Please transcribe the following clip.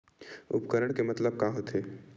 उपकरण के मतलब का होथे?